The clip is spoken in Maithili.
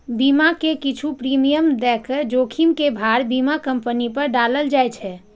बीमा मे किछु प्रीमियम दए के जोखिम के भार बीमा कंपनी पर डालल जाए छै